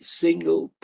single